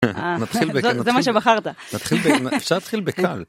נתחיל ב... זה מה שבחרת. נתחיל... אפשר להתחיל בקל.